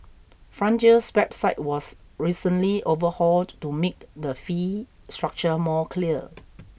Frontier's website was recently overhauled to make the fee structure more clear